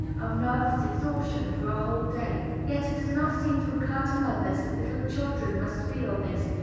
of nervous exhaustion for a whole day? yet it does not seem to occur to mothers that little children must feel this,